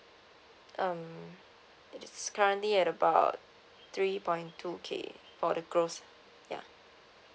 um it's currently at about three point two K for the gross yeah